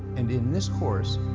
and in this course,